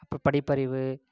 அப்போ படிப்பறிவு